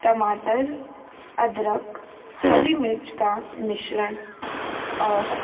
टमाटर अदरक हरी मिर्च का मिश्रण और